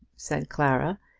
said clara,